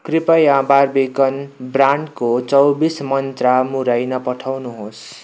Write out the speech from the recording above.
कृपया बार्बिकन ब्रान्डको चौबिस मन्त्रा मुरै नपठाउनु होस्